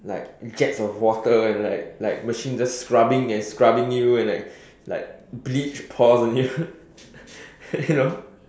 like gets of water and like like machine just scrubbing and scrubbing you and like like bleach pours on you and you know